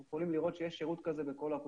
אנחנו יכולים לראות שיש שירות כזה בכל הקופות.